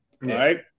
right